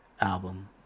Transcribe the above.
album